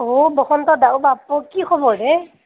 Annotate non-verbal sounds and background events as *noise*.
অও বসন্ত দা বাপ ঔ *unintelligible* কি খবৰ হে